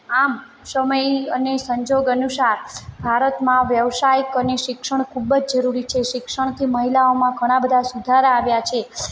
આમ સમય અને સંજોગ અનુસાર ભારતમાં વ્યવસાય અને શિક્ષણ ખૂબ જ જરૂરી છે શિક્ષણથી મહિલાઓમાં ઘણા બધા સુધાર આવ્યા છે